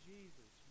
Jesus